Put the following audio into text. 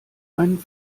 einen